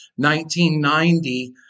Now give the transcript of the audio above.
1990